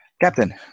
Captain